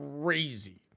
crazy